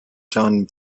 john